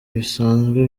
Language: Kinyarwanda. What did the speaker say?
bisanzwe